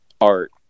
art